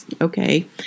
okay